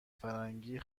فرنگی